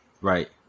right